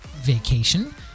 vacation